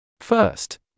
First